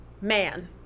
man